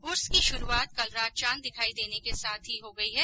उर्स की शुरूआत कल रात चाँद दिखाई देने के साथ ही हो गई है